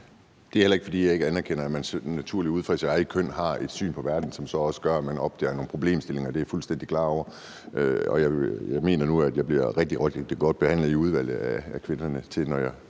Det er heller ikke, fordi jeg ikke anerkender, at man sådan naturligt ud fra sit eget køn har et syn på verden, som så også gør, at man opdager nogle problemstillinger. Det er jeg fuldstændig klar over. Og jeg mener nu, at jeg bliver rigtig godt behandlet i udvalget af kvinderne,